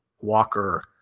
Walker